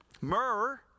myrrh